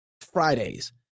Fridays